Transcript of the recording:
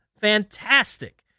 Fantastic